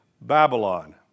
Babylon